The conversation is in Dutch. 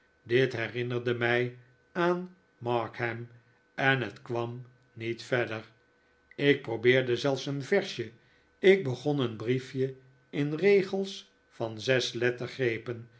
dit herinnerde mij aan markham en het kwam niet verder ik probeerde zelfs een versje ik begon een briefje in regels van